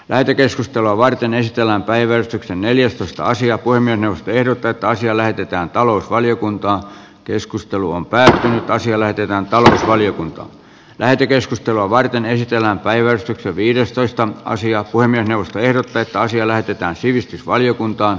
lähetekeskustelua varten esitellään päivä neljästoista asia kuin minä ehdotetaan siellä ketään talousvaliokunta keskustelu on päättänyt karsia lähetetään talsivaliokunta lähetekeskustelua varten esitellään päivätty viidestoista asia kuin puhemiesneuvosto ehdottaa että asia lähetetään sivistysvaliokuntaan